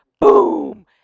boom